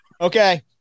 Okay